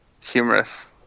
Humorous